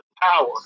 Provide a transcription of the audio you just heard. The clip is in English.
power